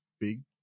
big